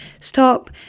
stop